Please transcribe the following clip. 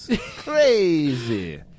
Crazy